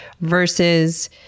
versus